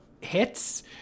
hits